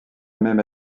même